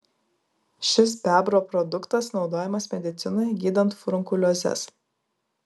šis bebro produktas naudojamas medicinoje gydant furunkuliozes